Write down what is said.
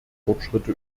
fortschritte